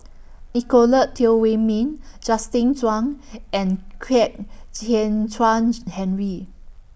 Nicolette Teo Wei Min Justin Zhuang and Kwek Hian Chuan Henry